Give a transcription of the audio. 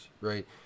right